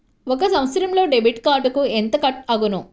ఒక సంవత్సరంలో డెబిట్ కార్డుకు ఎంత కట్ అగును?